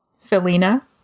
felina